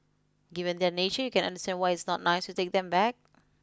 given their nature you can understand why it's not nice to take them back